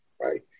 right